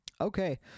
Okay